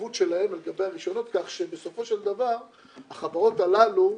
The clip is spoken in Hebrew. לחבות שלהן על גבי הרישיונות כך שבסופו של דבר החברות הללו,